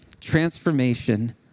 transformation